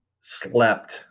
slept